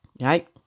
Right